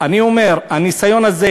אני אומר, הניסיון הזה